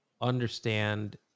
understand